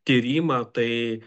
tyrimą tai